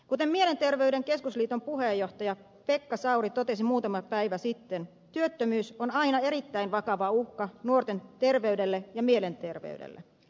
kuten mielenterveyden keskusliiton puheenjohtaja pekka sauri totesi muutama päivä sitten työttömyys on aina erittäin vakava uhka nuorten terveydelle ja mielenterveydelle